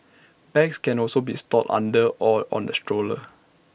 bags can also be stored under or on the stroller